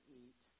eat